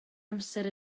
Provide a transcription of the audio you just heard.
amser